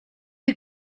you